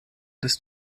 des